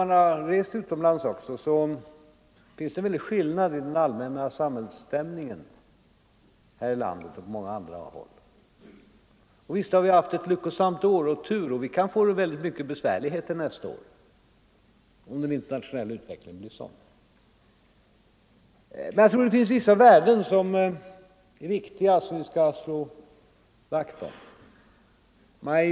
Den som reser utomlands ser också en väldig skillnad i den allmänna samhällsstämningen här i landet jämfört med hurdan den är på många andra håll. Och visst har vi haft ett lyckosamt år och även tur. Vi kan få det besvärligt nästa år, om den internationella utvecklingen blir dålig. Men jag tror att vi skall slå vakt om vissa viktiga värden.